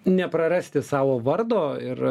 neprarasti savo vardo ir